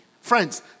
Friends